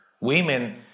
Women